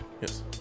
Yes